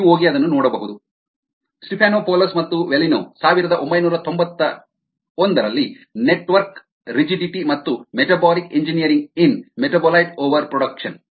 ನೀವು ಹೋಗಿ ಅದನ್ನು ನೋಡಬಹುದು ಸ್ಟೀಫನೊಪೌಲೋಸ್ Stephanopoulos's ಮತ್ತು ವಲ್ಲಿನೋ ಸಾವಿರದ ಒಂಬೈನೂರ ತೊಂಬತ್ತೊಂದರಲ್ಲಿ ನೆಟ್ವರ್ಕ್ ರಿಜಿಡಿಟಿ ಮತ್ತು metabolic engineering in metabolite over production